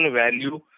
value